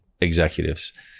executives